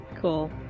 Cool